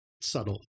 subtle